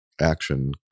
action